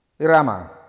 irama